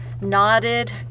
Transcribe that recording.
nodded